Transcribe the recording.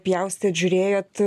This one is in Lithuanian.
pjaustėt žiūrėjot